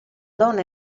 donna